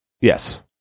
Yes